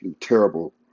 terrible